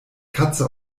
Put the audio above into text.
katze